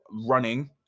running